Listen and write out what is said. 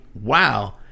wow